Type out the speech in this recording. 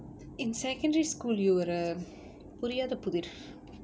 in secondary school you were a புரியாத புதிர்:puriyaatha puthir